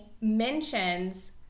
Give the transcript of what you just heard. mentions